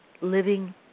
living